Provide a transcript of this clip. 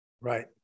Right